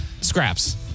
scraps